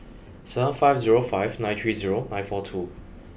seven five zero five nine three zero nine four two